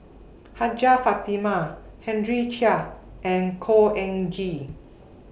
Hajjah Fatimah Henry Chia and Khor Ean Ghee